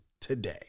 today